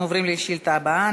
אנחנו עוברים לשאילתה הבאה.